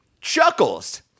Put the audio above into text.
Chuckles